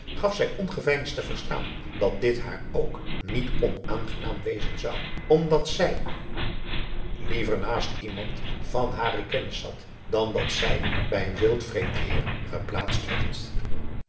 gaf zij ongeveinsd te verstaan dat dit haar ook niet onaangenaam wezen zou omdat zij liever naast iemand van hare kennis zat dan dat zij bij een wild vreemd heer geplaatst